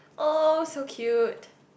oh so cute